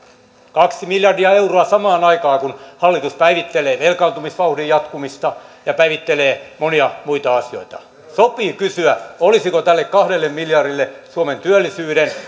kaksi miljardia euroa samaan aikaan kun hallitus päivittelee velkaantumisvauhdin jatkumista ja päivittelee monia muita asioita sopii kysyä olisiko tälle kahdelle miljardille suomen työllisyyden ja